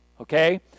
okay